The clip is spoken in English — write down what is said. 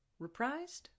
Reprised